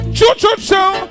Choo-choo-choo